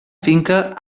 finca